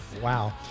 Wow